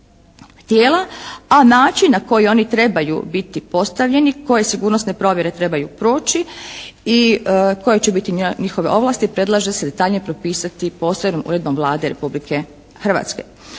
A način na koji oni trebaju biti postavljeni, koje sigurnosne provjere trebaju proći i koje će biti njihove ovlasti predlaže se detaljnije propisati posebnom uredbom Vlade Republike Hrvatske.